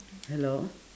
hello